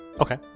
Okay